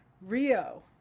Rio